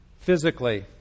physically